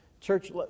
Church